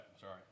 Sorry